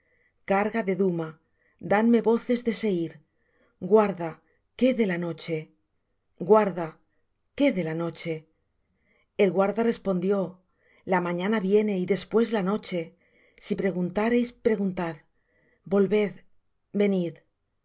carga de duma danme voces de seir guarda qué de la noche guarda qué de la noche el guarda respondió la mañana viene y después la noche si preguntareis preguntad volved venid